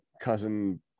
cousin